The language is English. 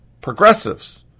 progressives